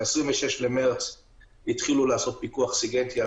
ב-26 במרץ התחילו לעשות פיקוח סיגינטי על